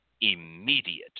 immediate